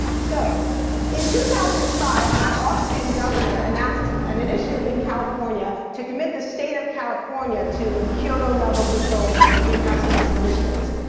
so in two thousand and five my austrian governor announced an initiative in california to commit the state of california to kyoto level controls on greenhouse gas emissions.